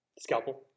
Scalpel